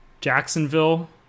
Jacksonville